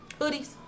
hoodies